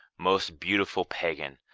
most beautiful pagan,